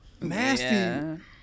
nasty